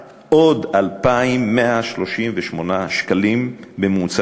עוד 2,138 שקלים בממוצע לחודש.